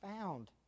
found